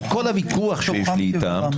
עם כל הוויכוח שיש לי איתם,